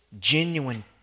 genuine